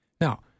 Now